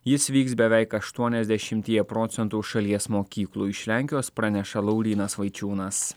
jis vyks beveik aštuoniasdešimtyje procentų šalies mokyklų iš lenkijos praneša laurynas vaičiūnas